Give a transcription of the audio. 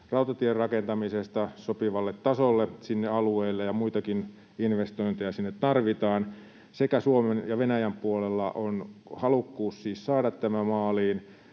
rautatien rakentamisesta sopivalle tasolle sinne alueelle, ja muitakin investointeja sinne tarvitaan. Sekä Suomen että Venäjän puolella on siis halukkuus saada tämä maaliin